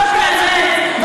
זאת האמת.